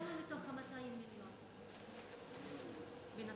כמה מתוך ה-200 מיליון בנצרת?